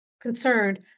concerned